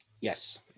Yes